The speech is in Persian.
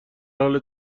حال